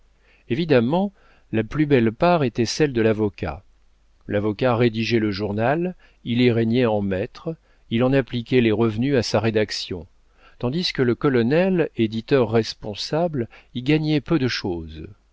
évidemment la plus belle part était celle de l'avocat l'avocat rédigeait le journal il y régnait en maître il en appliquait les revenus à sa rédaction tandis que le colonel éditeur responsable y gagnait peu de chose